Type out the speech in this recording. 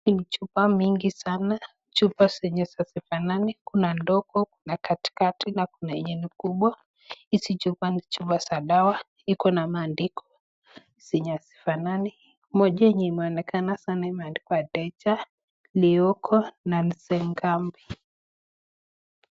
Chupa mingi sana ,chupa zenye hazifanani kuna ndogo, kuna katikati na kuna yenye ni kubwa. Hizi chupa ni chupa za dawa, iko na maandiko zenye hazifanani. Moja yenye imeonekana sana imeandikwa Deja , Leoko na Nzengambi .